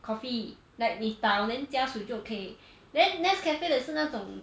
coffee like 你倒 then 加水就 okay then nescafe 的是那种